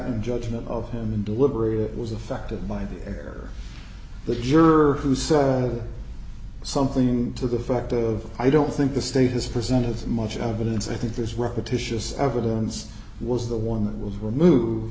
in judgment of him and deliberate it was affected by the air the juror who said something to the fact of i don't think the state has presented as much evidence i think this repetitious evidence was the one that was removed